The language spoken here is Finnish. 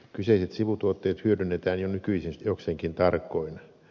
kyseiset sivutuotteet hyödynnetään jo nykyisin jokseenkin tarkoin